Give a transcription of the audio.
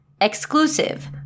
exclusive